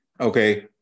Okay